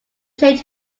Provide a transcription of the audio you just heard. changed